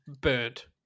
burnt